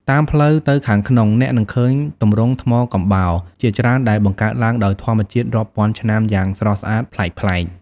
តាមផ្លូវទៅខាងក្នុង អ្នកនឹងឃើញទម្រង់ថ្មកំបោរ ជាច្រើនដែលបង្កើតឡើងដោយធម្មជាតិរាប់ពាន់ឆ្នាំយ៉ាងស្រស់ស្អាតប្លែកៗ។